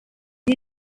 you